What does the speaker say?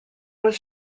was